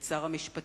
את שר המשפטים,